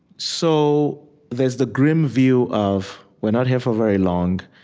so there's the grim view of, we're not here for very long,